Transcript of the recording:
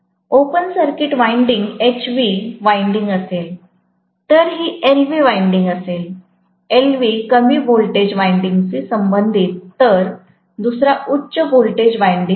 open circuit winding HV winding असेल तर ही LV वायंडिंग असेल LV कमी व्होल्टेज वायंडिंगशी संबंधित असेल तर दुसरा उच्च व्होल्टेज वायंडिंग आहे